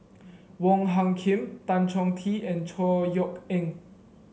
Wong Hung Khim Tan Chong Tee and Chor Yeok Eng